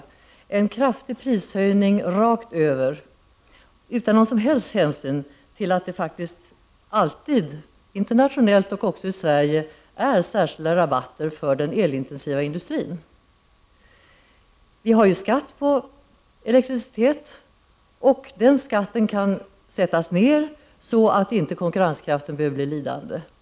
Man föreslog en kraftig prishöjning rakt över utan någon som helst hänsyn till att det alltid, både internationellt och i Sverige, finns särskilda rabatter för den elintensiva industrin. Vi har ju skatt på elektricitet. Den skatten kan sättas ned så att inte konkurrenskraften behöver bli lidande.